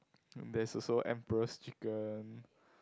there's also emperor's chicken